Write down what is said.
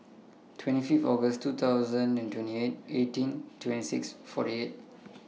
twenty Fifth August two thousand and twenty eight eighteen twenty six forty eight